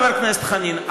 חבר הכנסת חנין,